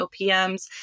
OPMs